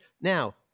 Now